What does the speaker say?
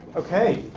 ok.